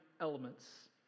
elements